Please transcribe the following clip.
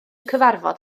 cyfarfod